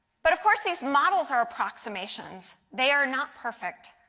but of course, these models are approximations. they are not perfect.